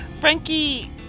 Frankie